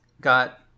got